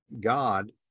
God